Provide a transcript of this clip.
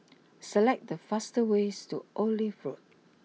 select the fastest way to Olive Road